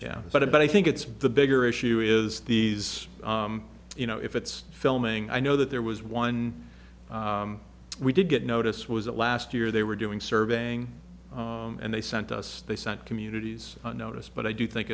that but i think it's the bigger issue is these you know if it's filming i know that there was one we did get notice was the last year they were doing surveying and they sent us they sent communities on notice but i do think